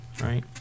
right